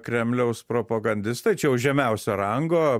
kremliaus propagandistai čia jau žemiausio rango